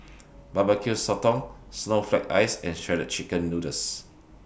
Barbecue Sotong Snowflake Ice and Shredded Chicken Noodles